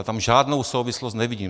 Já tam žádnou souvislost nevidím.